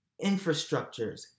infrastructures